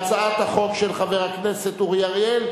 ההצעה להעביר את הצעת חוק התפזרות הכנסת השמונה-עשרה,